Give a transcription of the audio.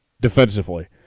defensively